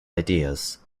ideas